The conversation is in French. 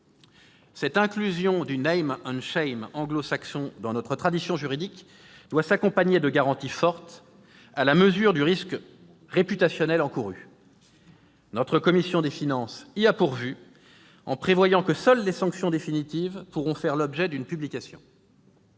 Cette introduction du anglo-saxon dans notre tradition juridique doit s'accompagner de garanties fortes, à la mesure du risque « réputationnel » encouru. Notre commission des finances y a pourvu en prévoyant que seules les sanctions définitives pourront faire l'objet d'une publication.